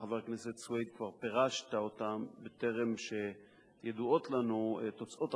חבר הכנסת סוייד כבר פירשת אותם בטרם ידועות לנו תוצאות החקירה,